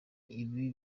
ibi